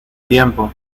tiempo